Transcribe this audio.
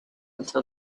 until